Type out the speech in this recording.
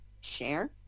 share